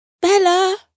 Bella